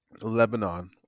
Lebanon